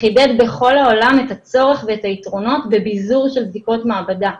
חידד בכל העולם את הצורך ואת היתרונות בביזור של בדיקות מעבדה.